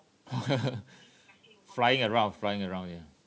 flying around flying around ya